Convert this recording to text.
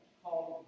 called